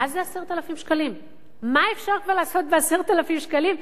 מה אפשר כבר לעשות ב-10,000 שקלים,